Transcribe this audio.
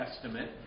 Testament